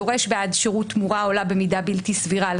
דורש בעד שירות תמורה העולה במידה בלתי סבירה על